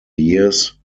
years